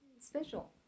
special